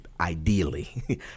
ideally